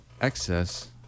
Excess